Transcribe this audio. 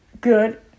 good